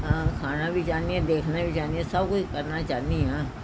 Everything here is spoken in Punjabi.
ਖਾਣਾ ਵੀ ਚਾਹੁੰਦੀ ਹਾਂ ਵੇਖਣਾ ਵੀ ਚਾਹੁੰਦੀ ਹਾਂ ਸਭ ਕੁਛ ਕਰਨਾ ਚਾਹੁੰਦੀ ਹਾਂ